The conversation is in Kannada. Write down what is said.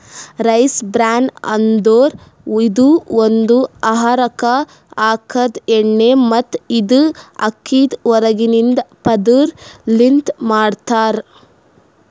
ರೈಸ್ ಬ್ರಾನ್ ಅಂದುರ್ ಇದು ಒಂದು ಆಹಾರಕ್ ಹಾಕದ್ ಎಣ್ಣಿ ಮತ್ತ ಇದು ಅಕ್ಕಿದ್ ಹೊರಗಿಂದ ಪದುರ್ ಲಿಂತ್ ಮಾಡ್ತಾರ್